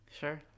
Sure